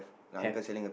have